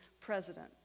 President